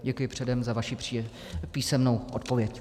Děkuji předem za vaši písemnou odpověď.